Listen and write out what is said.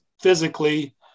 physically